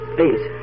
Please